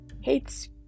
hates